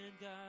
God